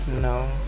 No